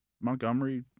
Montgomery